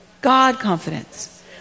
God-confidence